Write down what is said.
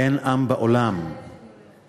אין עם בעולם, אני הולכת.